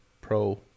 Pro